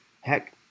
heck